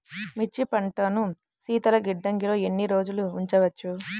మిర్చి పంటను శీతల గిడ్డంగిలో ఎన్ని రోజులు ఉంచవచ్చు?